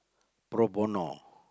pro bono